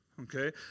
okay